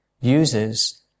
uses